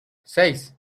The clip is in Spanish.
seis